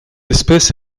espèce